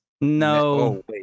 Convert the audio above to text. no